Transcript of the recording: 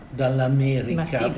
dall'America